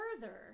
further